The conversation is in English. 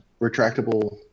retractable